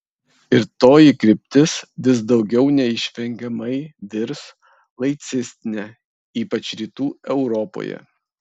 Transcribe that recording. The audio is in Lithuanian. ir toji kryptis vis daugiau neišvengiamai virs laicistine ypač rytų europoje